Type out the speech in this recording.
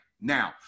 Now